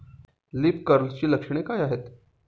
Leaf कर्लची लक्षणे काय आहेत?